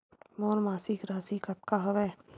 मोर मासिक राशि कतका हवय?